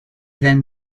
then